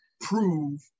prove